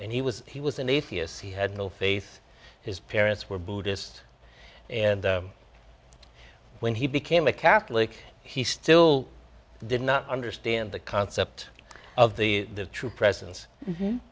and he was he was an atheist he had no faith his parents were buddhist and when he became a catholic he still did not understand the concept of the true presence